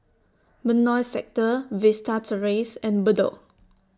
Benoi Sector Vista Terrace and Bedok